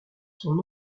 son